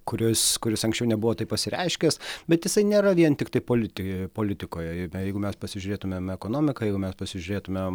kuris kuris anksčiau nebuvo taip pasireiškęs bet jisai nėra vien tiktai politi politikoje jeigu mes pasižiūrėtumėm ekonomiką jeigu mes pasižiūrėtume